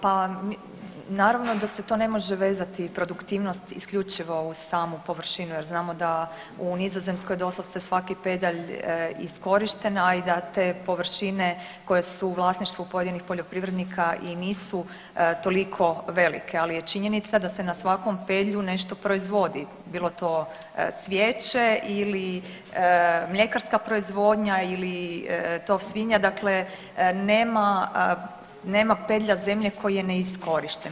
Pa naravno da se to ne može produktivnost isključivo uz samu površinu jer znamo da u Nizozemskoj doslovce svaki pedalj iskorišten, a i da te površine koje su u vlasništvu pojedinih poljoprivrednika i nisu toliko velike, ali je činjenica da se na svakom pedlju nešto proizvodi, bilo to cvijeće ili mljekarska proizvodnja ili tov svinja dakle nema pedlja koji je ne iskorišten.